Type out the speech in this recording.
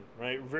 right